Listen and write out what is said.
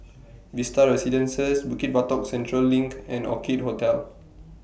Vista Residences Bukit Batok Central LINK and Orchid Hotel